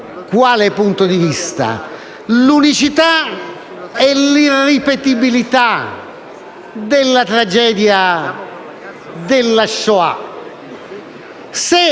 Quale punto di vista? L'unicità e l'irripetibilità della tragedia della Shoah. Se